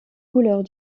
couleurs